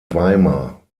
weimar